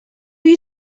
you